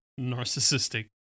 narcissistic